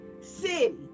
city